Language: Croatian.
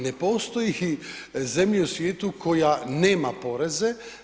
Ne postoji zemlja u svijetu koja nema poreze.